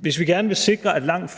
Hvis vi gerne vil sikre, at langt